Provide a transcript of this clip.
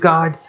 God